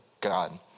God